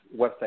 website